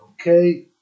okay